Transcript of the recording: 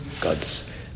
God's